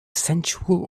sensual